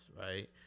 right